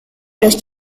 los